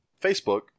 Facebook